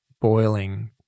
boiling